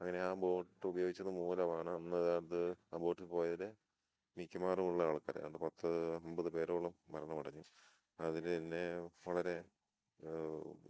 അങ്ങനെ ആ ബോട്ട് ഉപയോഗിച്ചത് മൂലമാണ് അന്ന് അത് ആ ബോട്ടിൽ പോയവർ മിക്കമാറുള്ള ആൾക്കാർ ഏതാണ്ട് പത്ത് അമ്പത് പേരോളം മരണമടഞ്ഞു അതിൽ തന്നെ വളരെ